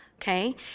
Okay